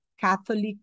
Catholic